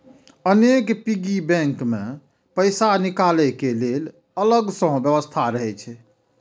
अनेक piggy bank मे पैसा निकालै के लेल अलग सं व्यवस्था रहै छै